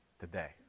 today